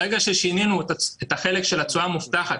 ברגע ששינינו את החלק של התשואה המובטחת,